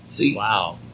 Wow